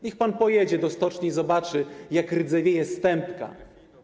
Niech pan pojedzie do stoczni i zobaczy, jak rdzewieje stępka.